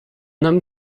homme